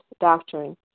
doctrine